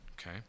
okay